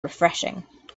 refreshing